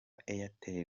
airtel